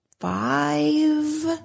five